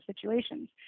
situations